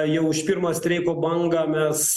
jau už pirmą streiko bangą mes